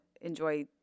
enjoy